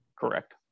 correct